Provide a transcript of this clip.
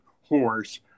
horse